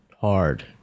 hard